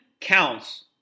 counts